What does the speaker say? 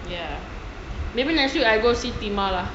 ya maybe next week I go see timah lah